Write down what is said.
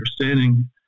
understanding